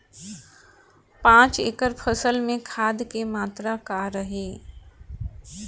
पाँच एकड़ फसल में खाद के मात्रा का रही?